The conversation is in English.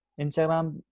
Instagram